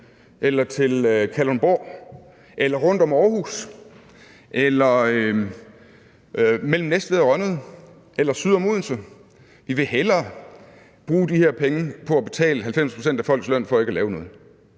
eller til Kalundborg eller rundt om Aarhus eller mellem Næstved og Rønnede eller syd om Odense; vi vil hellere bruge de her penge på at betale 90 pct. af folks løn for ikke at lave noget.